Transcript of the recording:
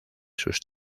sus